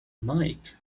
mike